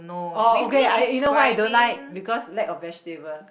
oh okay I you know why I don't like because lack of vegetable